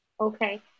Okay